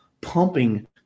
pumping